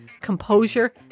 composure